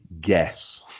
guess